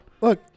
Look